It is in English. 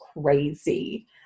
crazy